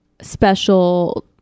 special